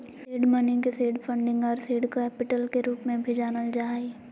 seed money के seed funding आर seed capital के रूप में भी जानल जा हइ